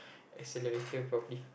accelerator properly